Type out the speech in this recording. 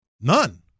None